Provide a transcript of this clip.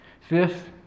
Fifth